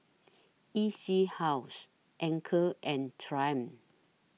E C House Anchor and Triumph